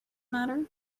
matter